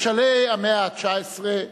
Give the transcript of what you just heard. בשלהי המאה ה-19,